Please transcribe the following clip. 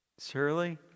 Surely